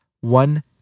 one